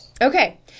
Okay